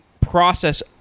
process